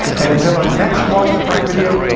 and until our next walk in the park video,